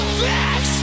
fix